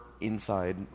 Inside